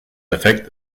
effekt